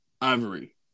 Ivory